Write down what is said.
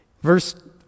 Verse